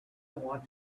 want